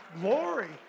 glory